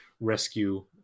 rescue